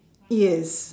yes